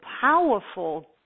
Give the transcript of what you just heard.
powerful